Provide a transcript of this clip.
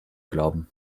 glauben